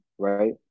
Right